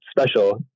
special